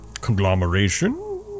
conglomeration